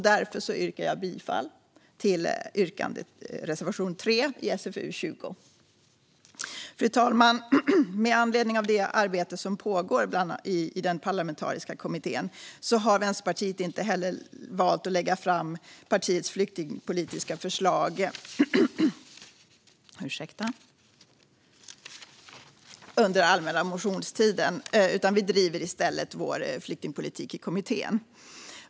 Därför yrkar jag bifall till reservation 3 i SfU20. Fru talman! Med anledning av det arbete som pågår i den parlamentariska kommittén har Vänsterpartiet inte heller valt att lägga fram partiets flyktingpolitiska förslag under allmänna motionstiden, utan vi driver i stället vår flyktingpolitik i kommittén.